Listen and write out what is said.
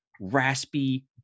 raspy